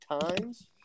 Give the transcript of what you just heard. Times